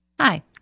hi